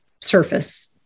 surface